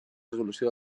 resolució